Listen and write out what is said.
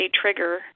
trigger